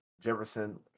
Jefferson